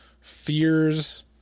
fears